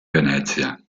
venezia